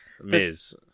Miz